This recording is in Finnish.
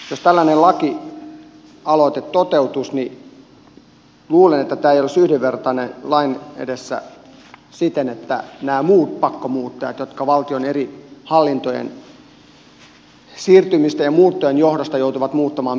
jos tällainen lakialoite toteutuisi luulen että tämä ei olisi yhdenvertainen lain edessä näiden muiden pakkomuuttajien suhteen jotka valtion eri hallintojen siirtymisten ja muuttojen johdosta joutuvat muuttamaan milloin minnekin